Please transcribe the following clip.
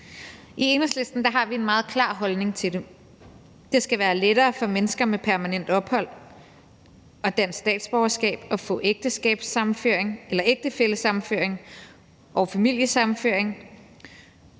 I Enhedslisten har vi en meget klar holdning til det. Det skal være lettere for mennesker med permanent ophold og dansk statsborgerskab at få ægtefællesammenføring og familiesammenføring.